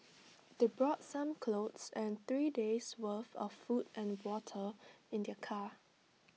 they brought some clothes and three days' worth of food and water in their car